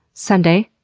sunday,